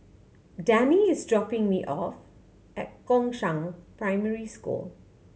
Dannie is dropping me off at Gongshang Primary School